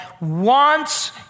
wants